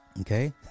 Okay